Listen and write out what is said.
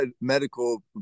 medical